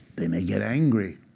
they may get angry.